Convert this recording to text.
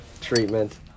treatment